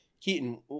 Keaton